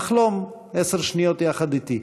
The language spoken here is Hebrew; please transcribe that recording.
לחלום עשר שניות יחד אתי